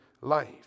life